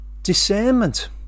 discernment